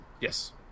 Yes